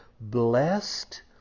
Blessed